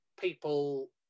people